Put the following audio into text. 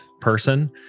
person